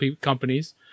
companies